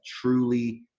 truly